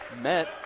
met